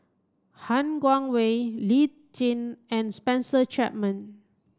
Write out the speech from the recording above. Han Guangwei Lee Tjin and Spencer Chapman